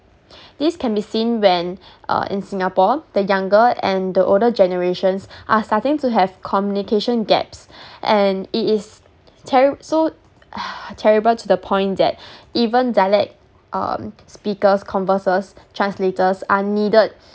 this can be seen when uh in singapore the younger and the older generations are starting to have communication gaps and it is terri~ so terrible to the point that even dialect um speakers converses translators are needed